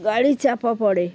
গাড়ি চাপা পড়ে